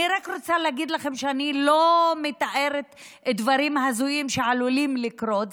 אני רק רוצה להגיד לכם שאני לא מתארת דברים הזויים שעלולים לקרות,